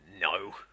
no